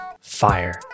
fire